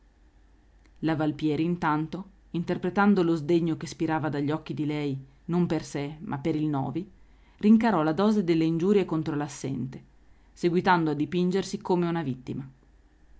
vita la valpieri intanto interpretando lo sdegno che spirava dagli occhi di lei non per sé ma per il novi rincarò la dose delle ingiurie contro l'assente seguitando a dipingersi come una vittima